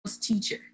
teacher